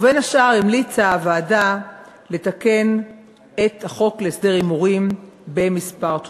בין השאר המליצה הוועדה לתקן את החוק להסדר הימורים בכמה תחומים.